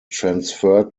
transferred